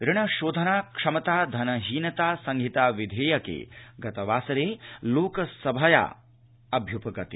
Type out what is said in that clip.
ऋणशोधनाक्षमता धनहीनतासंहिता विधेयके गतवासरे लोकसभया अभ्य्पगते